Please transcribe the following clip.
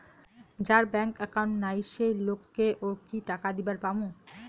যার bank account নাই সেই লোক কে ও কি টাকা দিবার পামু?